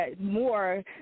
more